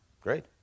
great